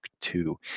two